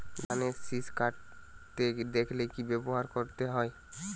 ধানের শিষ কাটতে দেখালে কি ব্যবহার করতে হয়?